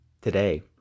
today